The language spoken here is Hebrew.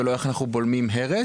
ולא איך אנחנו בולמים הרס.